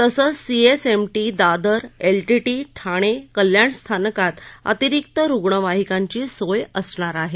तसंच CSMT Dadar LTT Thane Kalyan स्थानकात अतिरिक्त रुग्णवाहिकांची सोय असणार आहे